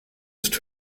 ist